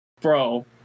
Bro